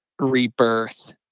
rebirth